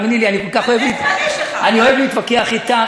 תאמיני לי, אני כל כך אוהב להתווכח אתך.